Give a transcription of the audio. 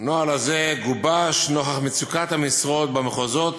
הנוהל הזה גובש נוכח מצוקת המשרות במחוזות